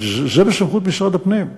זה בסמכות משרד הפנים.